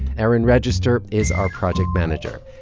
erin register is our project manager.